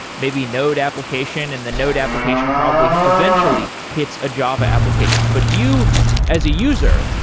maybe node application and the node application probably eventually hits a java application. but you as a user,